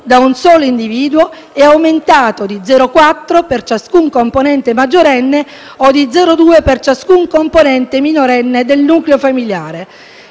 da un solo individuo e aumentato di 0,4 per ciascun componente maggiorenne o di 0,2 per ciascun componente minorenne del nucleo familiare;